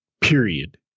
period